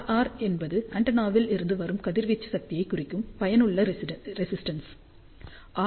R என்பது ஆண்டெனாவிலிருந்து வரும் கதிர்வீச்சு சக்தியைக் குறிக்கும் பயனுள்ள ரெஸ்டென்ஸ் ஆர்